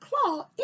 claw